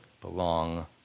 belong